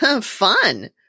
Fun